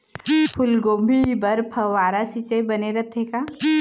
फूलगोभी बर फव्वारा सिचाई बने रथे का?